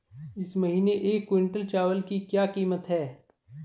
इस महीने एक क्विंटल चावल की क्या कीमत है?